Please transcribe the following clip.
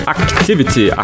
Activity